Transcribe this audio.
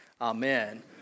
Amen